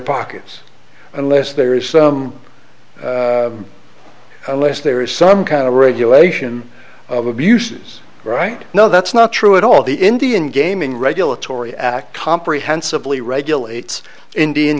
pockets unless there is some unless there is some kind of regulation of abuses right now that's not true at all the indian gaming regulatory act comprehensively regulates indian